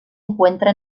encuentra